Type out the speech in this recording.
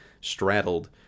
straddled